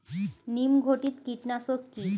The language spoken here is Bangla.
নিম ঘটিত কীটনাশক কি?